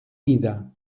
ida